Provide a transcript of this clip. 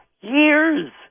years